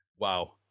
wow